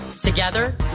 Together